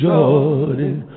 Jordan